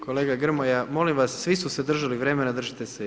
Kolega Grmoja molim vas svi su se držali vremena, držite se i vi.